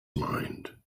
mind